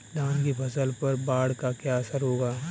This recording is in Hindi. धान की फसल पर बाढ़ का क्या असर होगा?